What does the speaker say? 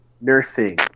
Nursing